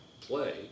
play